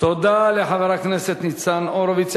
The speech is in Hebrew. תודה לחבר הכנסת ניצן הורוביץ.